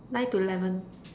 nine to eleven